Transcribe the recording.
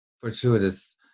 fortuitous